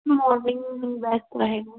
morning best रहेगा